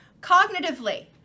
Cognitively